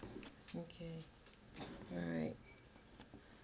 okay alright